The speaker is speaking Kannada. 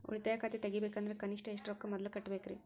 ಉಳಿತಾಯ ಖಾತೆ ತೆಗಿಬೇಕಂದ್ರ ಕನಿಷ್ಟ ಎಷ್ಟು ರೊಕ್ಕ ಮೊದಲ ಕಟ್ಟಬೇಕ್ರಿ?